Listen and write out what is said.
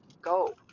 go